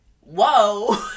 whoa